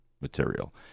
material